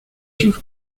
sus